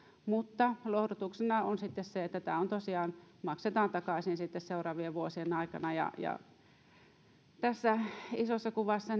mutta lohdutuksena on sitten se että tämä tosiaan maksetaan takaisin sitten seuraavien vuosien aikana ja kuten edustaja laaksokin sanoi niin tässä isossa kuvassa